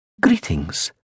Greetings